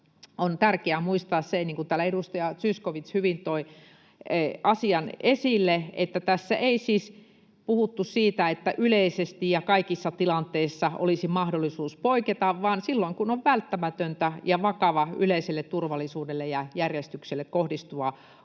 on tärkeää muistaa se, niin kuin täällä edustaja Zyskowicz hyvin toi asian esille, että tässä ei siis puhuttu siitä, että yleisesti ja kaikissa tilanteissa olisi mahdollisuus poiketa, vaan tilanteesta, jolloin se on välttämätöntä ja on vakava yleiseen turvallisuuteen ja järjestykseen kohdistuva